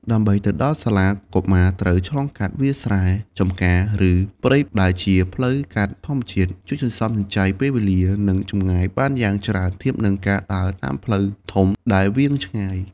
ដើម្បីទៅដល់សាលា កុមារត្រូវឆ្លងកាត់វាលស្រែ ចម្ការ ឬព្រៃរបោះ ដែលជា ផ្លូវកាត់ធម្មជាតិ ជួយសន្សំសំចៃពេលវេលា និងចម្ងាយបានយ៉ាងច្រើនធៀបនឹងការដើរតាមផ្លូវធំដែលវាងឆ្ងាយ។